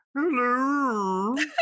hello